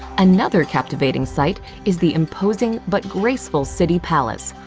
another captivating sight is the imposing but graceful city palace,